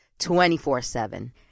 24-7